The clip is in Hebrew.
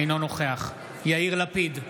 אינו נוכח יאיר לפיד,